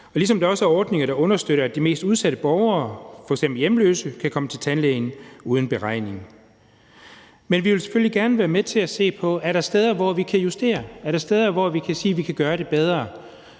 ligesom der også er ordninger, der understøtter, at de mest udsatte borgere, f.eks. hjemløse, kan komme til tandlæge uden beregning. Vi vil selvfølgelig gerne være med til at se på, om der er steder, hvor vi kan justere, og om der er steder, hvor vi kan sige at vi kan gøre det bedre.